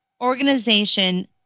organization